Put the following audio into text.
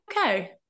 okay